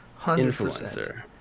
influencer